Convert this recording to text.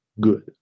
Good